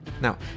Now